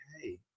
hey